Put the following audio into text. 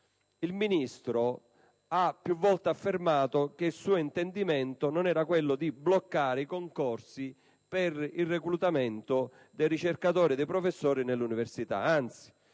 Il Ministro ha più volte affermato che il suo intendimento non era di bloccare i concorsi per il reclutamento dei ricercatori e dei professori nell'università; anzi,